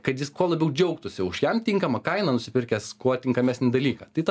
kad jis kuo labiau džiaugtųsi už jam tinkamą kainą nusipirkęs kuo tinkamesnį dalyką tai ta